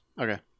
Okay